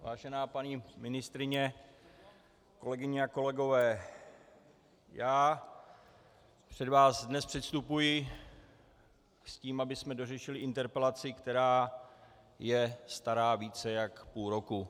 Vážená paní ministryně, kolegyně a kolegové, já před vás dnes předstupuji s tím, abychom dořešili interpelaci, která je stará více jak půl roku.